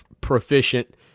proficient